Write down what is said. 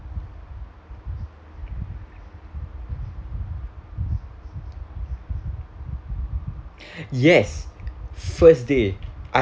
yes first day I